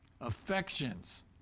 Affections